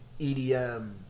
EDM